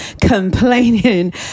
complaining